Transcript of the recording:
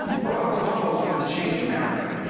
barack obama wants to change america.